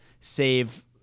save